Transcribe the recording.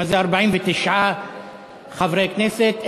49 חברי כנסת,